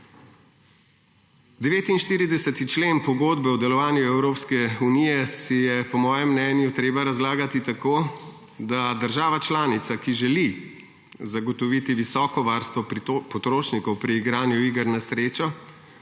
49. člen Pogodbe o delovanju Evropske unije si je po mojem mnenju treba razlagati tako, da država članica, ki želi zagotoviti visoko varstvo potrošnikov pri igranju iger na srečo,